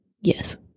yes